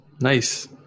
Nice